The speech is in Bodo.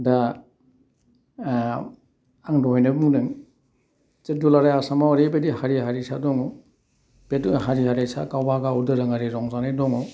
दा आं दहायनो बुंदों जे दुलाराइ आसामाव ओरैबायदि हारि हारिसा दङ बे हारि हारिसा गाबागाव दोरोङारि रंजानाय दङ